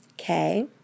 Okay